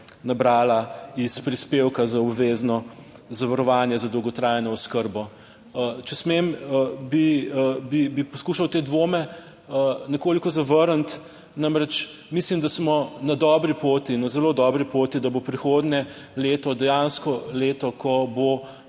nabrala iz prispevka za obvezno zavarovanje za dolgotrajno oskrbo. Če smem, bi poskušal te dvome nekoliko zavrniti. Namreč mislim, da smo na dobri poti, na zelo dobri poti, da bo prihodnje leto dejansko leto, ko bo